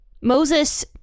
Moses